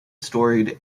storied